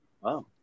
Wow